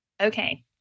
Okay